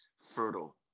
fertile